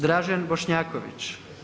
Dražen Bošnjaković.